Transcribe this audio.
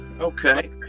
Okay